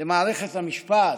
למערכת המשפט,